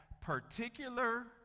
particular